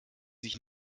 sich